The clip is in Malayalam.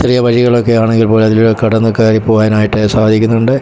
ചെറിയ വഴികളൊക്കെ ആണെങ്കിൽ പോലും അതിലൂടെ കടന്ന് കയറി പോവാനായിട്ട് സാധിക്കുന്നുണ്ട്